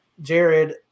Jared